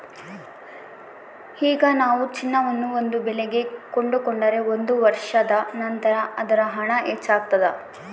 ಈಗ ನಾವು ಚಿನ್ನವನ್ನು ಒಂದು ಬೆಲೆಗೆ ಕೊಂಡುಕೊಂಡರೆ ಒಂದು ವರ್ಷದ ನಂತರ ಅದರ ಹಣ ಹೆಚ್ಚಾಗ್ತಾದ